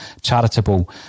charitable